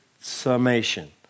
summation